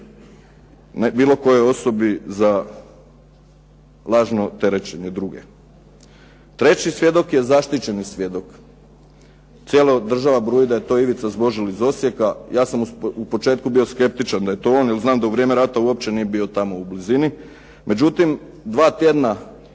bilo kojoj osobi za lažno terećenje druge. Treći svjedok je zaštićeni svjedok. Cijela država bruji da je to Ivica Zbožl iz Osijeka. Ja sam u početku bio skeptičan da je to on, jer znam da u vrijeme rata uopće nije bio tamo u blizini. Međutim, dva tjedna